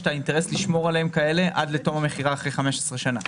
את האינטרס לשמור עליהן כאלה עד לתום המכירה אחרי 15 שנים.